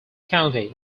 county